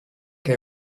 che